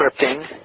scripting